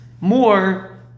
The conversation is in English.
more